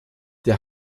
der